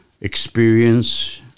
experience